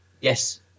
Yes